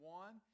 one